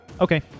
Okay